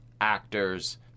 actors